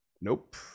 Nope